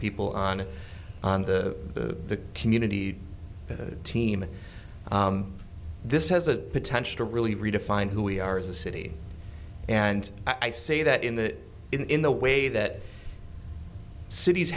people on it on the community team this has a potential to really redefine who we are as a city and i say that in the in the way that cities